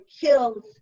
kills